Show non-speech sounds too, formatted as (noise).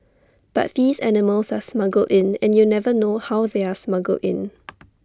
but these animals are smuggled in and you never know how they are smuggled in (noise)